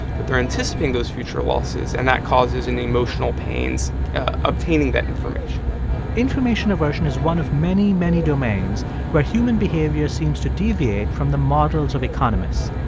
but they're anticipating those future future losses, and that causes an emotional pains obtaining that information information aversion is one of many, many domains where human behavior seems to deviate from the models of economists.